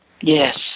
Yes